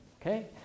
Okay